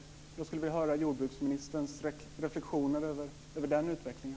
Jag skulle vilja höra jordbruksministerns reflexioner över den utvecklingen.